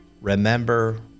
remember